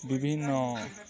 ବିଭିନ୍ନ